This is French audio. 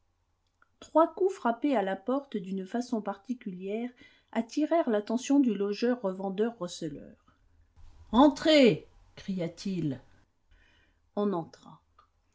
trois coups frappés à la porte d'une façon particulière attirèrent l'attention du logeur revendeur receleur entrez cria-t-il on entra